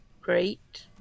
great